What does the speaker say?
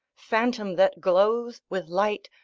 phantom that glows with light,